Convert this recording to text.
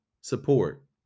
support